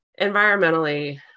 environmentally